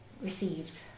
received